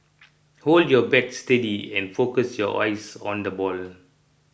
hold your bat steady and focus your eyes on the ball